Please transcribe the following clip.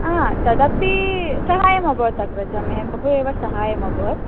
हा तदपि सहायमबवत् अग्रज मे बहु एव सहायमबवत्